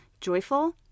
Joyful